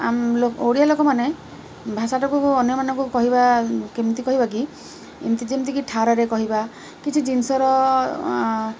ଓଡ଼ିଆ ଲୋକମାନେ ଭାଷାଟାକୁ ଅନ୍ୟମାନଙ୍କୁ କହିବା କେମିତି କହିବାକି ଏମିତି ଯେମିତିକି ଠାରରେ କହିବା କିଛି ଜିନିଷର